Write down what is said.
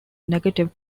negative